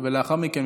ולאחר מכן,